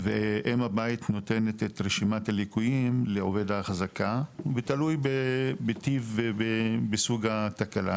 ואם הבית נותנת את רשימת הליקויים לעובד האחזקה ותלוי בטיב ובסוג התקלה,